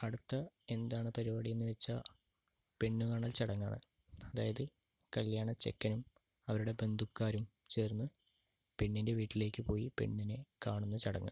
അടുത്ത എന്താണ് പരിപാടി എന്നു വച്ചാൽ പെണ്ണുകാണൽ ചടങ്ങാണ് അതായത് കല്യാണച്ചെക്കനും അവരുടെ ബന്ധുക്കാരും ചേർന്ന് പെണ്ണിൻ്റെ വീട്ടിലേക്ക് പോയി പെണ്ണിനെ കാണുന്ന ചടങ്ങ്